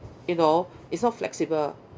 you know it's not flexible